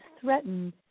threatened